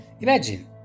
Imagine